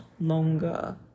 longer